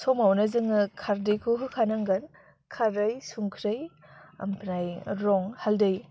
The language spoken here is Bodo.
समावनो जोङो खारदैखौ होखांनागोन खारै संख्रै ओमफ्राय रं हालदै